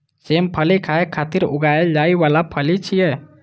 सेम फली खाय खातिर उगाएल जाइ बला फली छियै